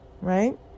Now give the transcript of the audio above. Right